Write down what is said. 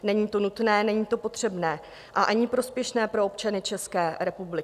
Není to nutné, není to potřebné ani prospěšné pro občany České republiky.